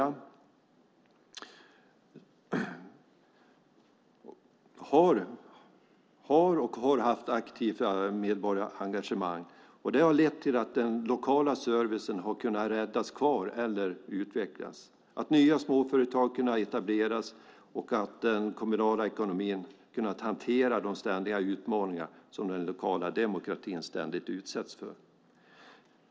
Dessa kommuner har och har haft ett aktivt medborgarengagemang. Det har lett till att den lokala servicen har kunnat räddas kvar eller utvecklas, att nya småföretag har kunnat etableras och att den kommunala ekonomin har kunnat hantera de ständiga utmaningar som den lokala demokratin ständigt utsätts för.